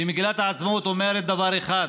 ומגילת העצמאות אומרת דבר אחד: